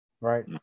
Right